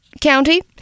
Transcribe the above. County